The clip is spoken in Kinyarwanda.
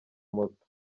moto